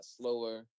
slower